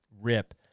rip